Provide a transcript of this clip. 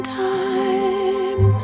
time